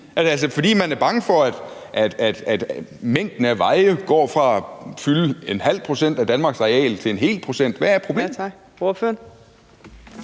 det, fordi man er bange for, at arealet af veje går fra at fylde ½ pct. af Danmarks areal til 1 pct.? Hvad er problemet?